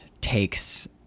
takes